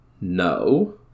no